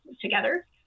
together